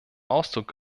ausdruck